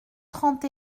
trente